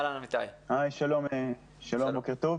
שלום, בוקר טוב.